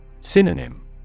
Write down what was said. Synonym